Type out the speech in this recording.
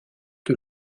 que